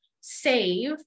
save